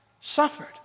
suffered